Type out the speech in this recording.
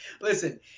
listen